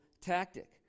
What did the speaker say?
tactic